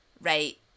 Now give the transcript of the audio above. right